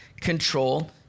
control